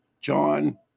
John